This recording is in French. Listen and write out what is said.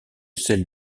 celle